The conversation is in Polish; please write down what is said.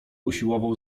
usiłował